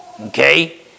Okay